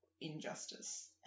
Injustice